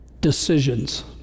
decisions